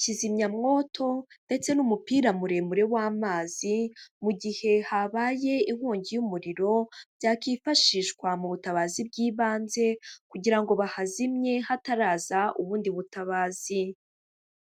kizimyamwoto ndetse n'umupira muremure w'amazi, mu gihe habaye inkongi y'umuriro byakifashishwa mu butabazi bw'ibanze kugira ngo bahazimye hataraza ubundi butabazi.